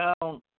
down